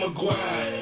McGuire